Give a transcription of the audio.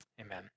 amen